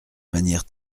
manière